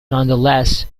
nonetheless